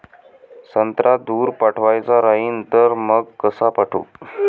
संत्रा दूर पाठवायचा राहिन तर मंग कस पाठवू?